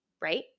Right